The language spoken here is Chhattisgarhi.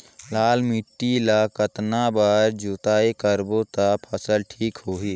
लाल माटी ला कतना बार जुताई करबो ता फसल ठीक होती?